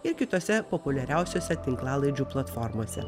ir kitose populiariausiose tinklalaidžių platformose